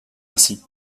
ainsi